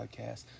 Podcast